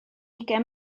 ugain